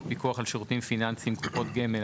פיקוח על שירותים פיננסיים (קופות גמל),